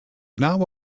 now